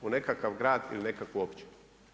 U nekakav grad ili nekakvu općinu.